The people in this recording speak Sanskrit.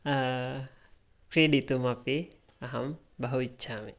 क्रीडितुम् अपि अहं बहु इच्छामि